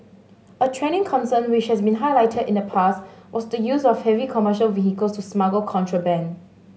a trending concern which has been highlighted in the past was the use of heavy commercial vehicles to smuggle contraband